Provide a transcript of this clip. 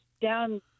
down